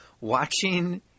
Watching